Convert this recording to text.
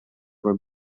were